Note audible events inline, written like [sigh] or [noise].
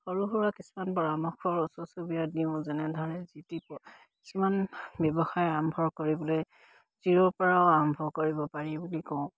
সৰু সুৰা কিছুমান পৰামৰ্শ [unintelligible] দিওঁ যেনেধৰে [unintelligible] কিছুমান ব্যৱসায় আৰম্ভ কৰিবলৈ জিৰ'ৰ পৰাও আৰম্ভ কৰিব পাৰি বুলি কওঁ